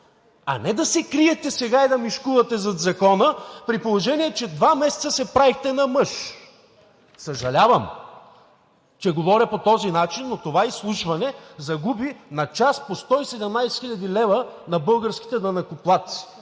а не да се криете сега и да мишкувате зад Закона, при положение че два месеца се правихте на мъж! Съжалявам, че говоря по този начин, но това изслушване губи на час по 117 хил. лв. на българските данъкоплатци.